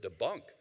debunk